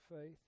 faith